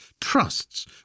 Trusts